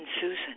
Susan